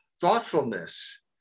thoughtfulness